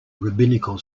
rabbinical